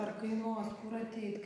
ar kainuos kur ateit